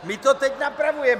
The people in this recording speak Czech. My to teď napravujeme.